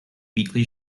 weekly